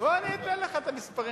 בוא אני אתן לך את המספרים,